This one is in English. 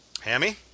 Hammy